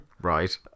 right